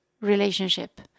relationship